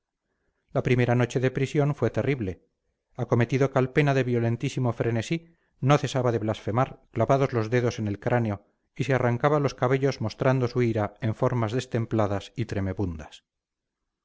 la primera noche de prisión fue terrible acometido calpena de violentísimo frenesí no cesaba de blasfemar clavados los dedos en el cráneo y se arrancaba los cabellos mostrando su ira en formas destempladas y tremebundas